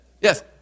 Yes